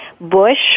bush